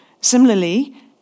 similarly